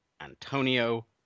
Antonio